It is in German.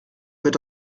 wird